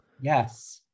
Yes